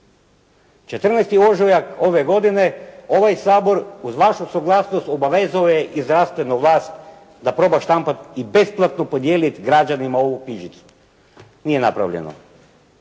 14. ožujak ove godine ovaj Sabor uz vašu suglasnost obavezao je i zdravstvenu vlast da proba štampati i besplatno podijeliti građanima ovu knjižicu. Nije napravljeno,